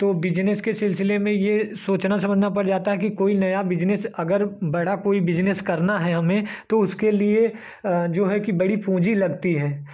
तो बिजनेस के सिलसिले में ये सोचना समझना पड़ जाता है कि कोई नया बिजनेस अगर बड़ा कोई बिजनेस करना है हमें तो उसके लिए जो है कि बड़ी पूंजी लगती है